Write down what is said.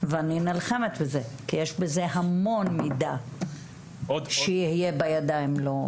ואני נלחמת בזה כי יש בזה המון מידע שיהיה בידיים לא נכונות.